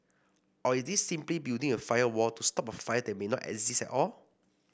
or is this simply building a firewall to stop a fire that may not exist at all